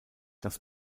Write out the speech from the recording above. das